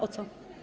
O co?